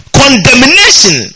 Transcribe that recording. condemnation